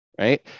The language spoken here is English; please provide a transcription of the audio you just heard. right